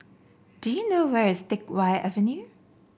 do you know where is Teck Whye Avenue